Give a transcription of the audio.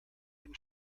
ihn